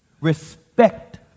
respect